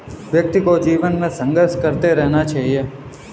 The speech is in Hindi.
व्यक्ति को जीवन में संघर्ष करते रहना चाहिए